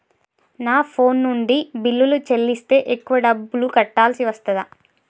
నా ఫోన్ నుండి బిల్లులు చెల్లిస్తే ఎక్కువ డబ్బులు కట్టాల్సి వస్తదా?